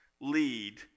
lead